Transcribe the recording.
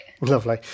Lovely